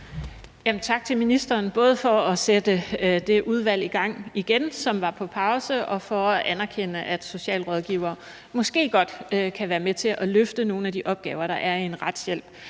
Tak til ministeren både for at sætte det udvalg i gang igen, som var på pause, og for at anerkende, at socialrådgivere måske godt kan være med til at løfte nogle af de opgaver, der er i en retshjælp.